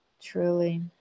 Truly